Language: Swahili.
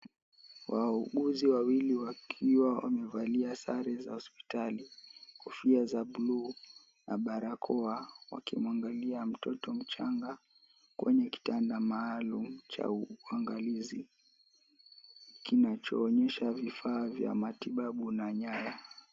Wauuguzi wawili wakiwa wamevalia sare za hospitali, kofia za bluu na barakoa wakimwangalia mtoto mchanja kwenye kitanda maalum cha uangalizi kinachoonyesha vifaa vya matibabu na nyaya.